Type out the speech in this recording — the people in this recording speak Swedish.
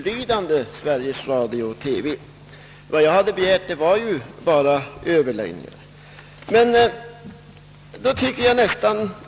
Men ändå är så underdånig Sveriges Radio och TV att han inte ens vågar begära Ööverläggningar i en fråga, som en stor del av svenska folket bestämt önskar få ändring i.